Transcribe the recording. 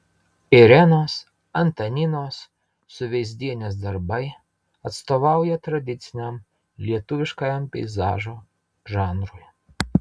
irenos antaninos suveizdienės darbai atstovauja tradiciniam lietuviškajam peizažo žanrui